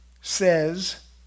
says